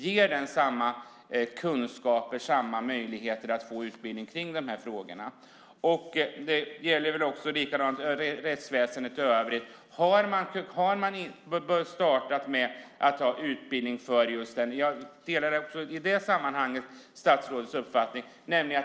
Ger den samma kunskaper och samma möjligheter att få utbildning i de här frågorna? Det gäller också rättsväsendet i övrigt. Har man startat med utbildning där? Jag delar även där statsrådets uppfattning.